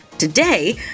Today